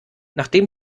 nachdem